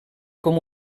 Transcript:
com